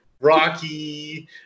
Rocky